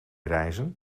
reizen